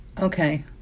Okay